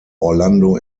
orlando